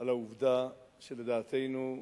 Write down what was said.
על העובדה שלדעתנו,